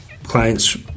clients